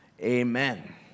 amen